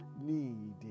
need